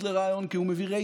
הוא רוצה סיפוח,